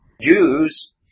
Jews